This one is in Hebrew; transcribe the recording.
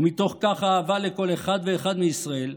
ומתוך כך האהבה לכל אחד ואחד מישראל,